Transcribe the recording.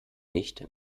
nicht